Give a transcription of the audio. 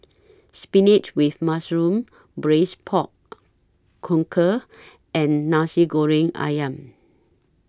Spinach with Mushroom Braised Pork conquer and Nasi Goreng Ayam